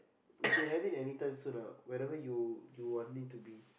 you can have it anytime soon ah whenever you you want it to be